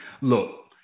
Look